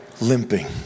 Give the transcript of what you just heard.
limping